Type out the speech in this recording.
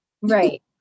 right